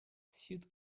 suit